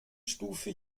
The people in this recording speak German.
stufe